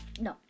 no